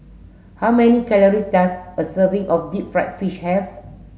how many calories does a serving of deep fried fish have